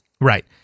Right